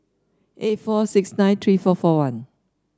eight four six nine three four four one